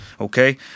Okay